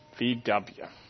VW